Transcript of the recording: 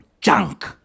Junk